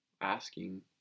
asking